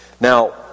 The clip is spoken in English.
Now